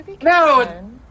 No